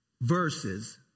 verses